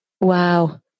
Wow